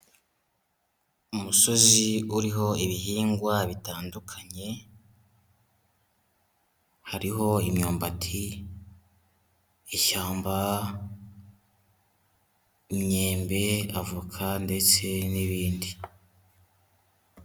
Umusozi uriho ibihingwa bitandukanye, hariho imyumbati, ishyamba, imyembe, avoka ndetse n'ibindi.